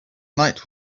night